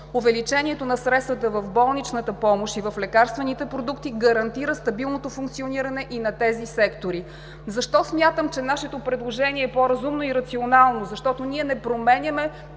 Увеличението на средствата в болничната помощ и в лекарствените продукти, гарантира стабилното функциониране и на тези сектори. Защо смятам, че нашето предложение е по-разумно и рационално? Защото ние не променяме